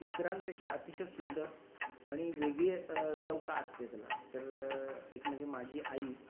इतरांपेक्षा अतिशय सुंदर आणि वेगळी चव का असते तेला तर एक म्हणजे माझी आई